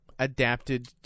Adapted